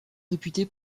réputé